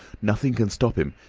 nothing can stop him.